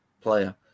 player